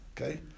Okay